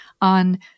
on